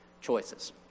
choices